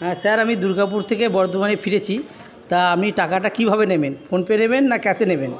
হ্যাঁ স্যার আমি দুর্গাপুর থেকে বর্ধমানে ফিরেছি তা আপনি টাকাটা কীভাবে নেবেন ফোনপে নেবেন না ক্যাশে নেবেন